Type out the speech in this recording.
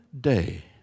day